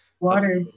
water